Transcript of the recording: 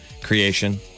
creation